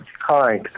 Hi